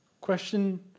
Question